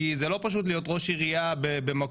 כי זה לא פשוט להיות ראש עירייה במקום